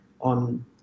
on